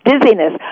dizziness